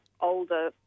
older